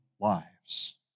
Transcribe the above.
lives